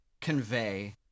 convey